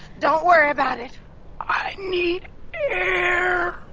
don't worry about it i need air.